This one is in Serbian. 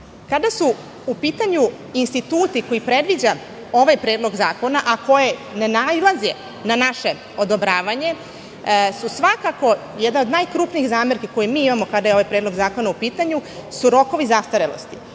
kada su u pitanju instituti koje predviđa ovaj predlog zakona, a koji ne nailaze na naše odobravanje, svakako jedna od najkrupnijih zamerki koje mi imamo, kada je ovaj predlog zakona u pitanju, su rokovi zastarelosti,